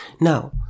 Now